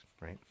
right